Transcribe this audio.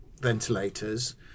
ventilators